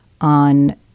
on